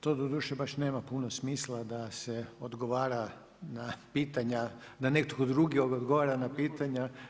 To doduše baš nema puno smisla da se odgovara na pitanja, da netko drugi odgovara na pitanja.